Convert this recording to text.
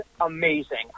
amazing